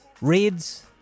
reds